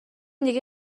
دیگه